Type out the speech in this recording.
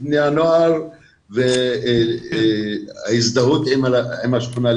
בני הנוער כמו למשל הזדהות עם השכונה.